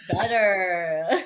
better